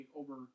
over